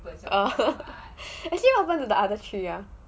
oh actually what happened to the other three